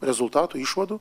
rezultatų išvadų